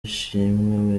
ishimwe